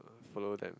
follow them